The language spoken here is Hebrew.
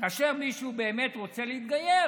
כאשר מישהו באמת רוצה להתגייר,